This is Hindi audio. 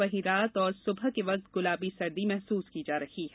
वहीं रात और सुबह के वक्त गुलाबी सर्दी महसूस की जा रही है